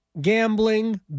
gambling